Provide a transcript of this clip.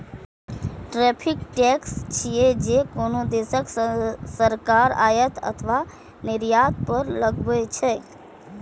tariff tax छियै, जे कोनो देशक सरकार आयात अथवा निर्यात पर लगबै छै